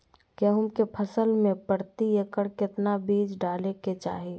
गेहूं के फसल में प्रति एकड़ कितना बीज डाले के चाहि?